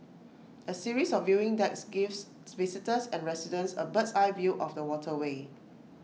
A series of viewing decks gives visitors and residents A bird's eye view of the waterway